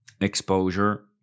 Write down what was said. exposure